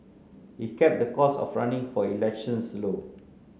he kept the cost of running for elections low